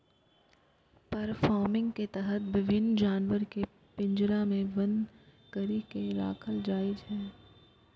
फर farming के तहत विभिन्न जानवर कें पिंजरा मे बन्न करि के राखल जाइ छै